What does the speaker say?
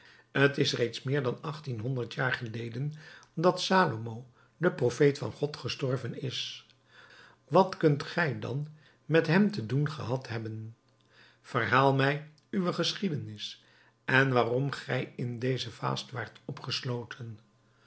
het is reeds meer dan achttienhonderd jaar geleden dat salomo de profeet van god gestorven is wat kunt gij dan met hem te doen gehad hebben verhaal mij uwe geschiedenis en waarom gij in deze vaas waart opgesloten